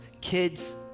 Kids